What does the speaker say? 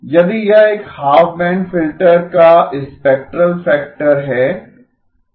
यदि यह एक हाफ बैंड फिल्टर का स्पेक्ट्रल फैक्टर है ठीक है